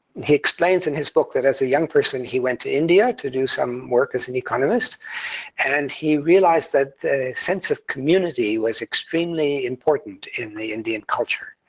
he explains in his book that as a young person, he went to india to do some work as an economist and he realized that the sense of community was extremely important in the indian culture,